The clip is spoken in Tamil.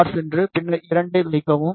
ஆர்க்குச் சென்று பின்னர் 2 ஐ வைக்கவும்